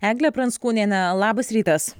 eglė pranckūnienė labas rytas